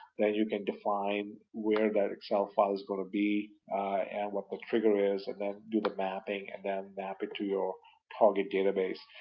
then you can define where that excel file is going to be and what the trigger is and do the mapping, and then map it to your target database.